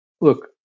look